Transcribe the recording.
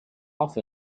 off